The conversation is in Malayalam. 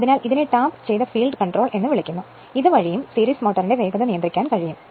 അതിനാൽ ഇതിനെ ടാപ്പുചെയ്ത ഫീൽഡ് കൺട്രോൾ എന്ന് വിളിക്കുന്നു ഇതുവഴിയും സീരീസ് മോട്ടറിന്റെ വേഗത നിയന്ത്രിക്കാൻ കഴിയും